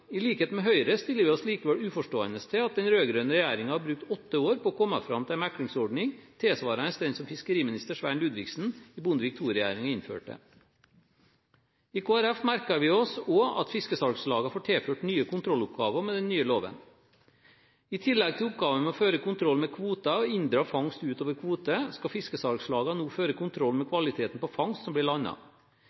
I likhet med Høyre stiller vi oss likevel uforstående til at den rød-grønne regjeringen har brukt åtte år på å komme fram til en meklingsordning, tilsvarende den som fiskeriminister Svein Ludvigsen i Bondevik II-regjeringen innførte. I Kristelig Folkeparti merker vi oss også at fiskesalgslagene blir tilført nye kontrolloppgaver med den nye loven. I tillegg til oppgavene med å føre kontroll med kvoter og inndra fangst utover kvote skal fiskesalgslagene nå føre kontroll med kvaliteten på fangst som blir